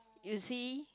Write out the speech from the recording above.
you see